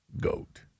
GOAT